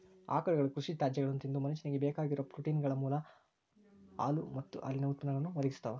ಆಕಳುಗಳು ಕೃಷಿ ತ್ಯಾಜ್ಯಗಳನ್ನ ತಿಂದು ಮನುಷ್ಯನಿಗೆ ಬೇಕಾಗಿರೋ ಪ್ರೋಟೇನ್ಗಳ ಮೂಲ ಹಾಲು ಮತ್ತ ಹಾಲಿನ ಉತ್ಪನ್ನಗಳನ್ನು ಒದಗಿಸ್ತಾವ